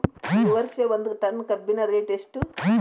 ಈ ವರ್ಷ ಒಂದ್ ಟನ್ ಕಬ್ಬಿನ ರೇಟ್ ಎಷ್ಟು?